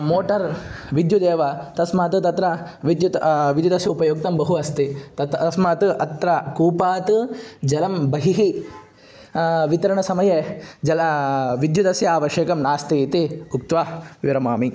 motor विद्युदेव तस्मात् तत्र विद्युत् विद्युदस्य उपयुक्तं बहु अस्ति तत् अस्मात् अत्र कूपात् जलं बहिः वितरणसमये जल विद्यदस्य आवश्यकं नास्ति इति उक्त्वा विरमामि